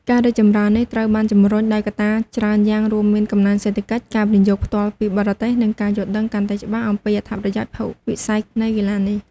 ការរីកចម្រើននេះត្រូវបានជំរុញដោយកត្តាច្រើនយ៉ាង រួមមានកំណើនសេដ្ឋកិច្ច ការវិនិយោគផ្ទាល់ពីបរទេស និងការយល់ដឹងកាន់តែច្បាស់អំពីអត្ថប្រយោជន៍ពហុវិស័យនៃកីឡានេះ។